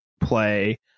play